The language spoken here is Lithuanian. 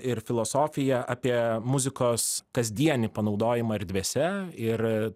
ir filosofija apie muzikos kasdienį panaudojimą erdvėse ir